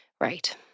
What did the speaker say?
Right